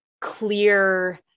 clear